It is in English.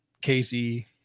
Casey